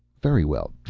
very, well,